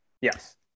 Yes